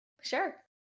Sure